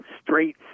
straight